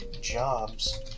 jobs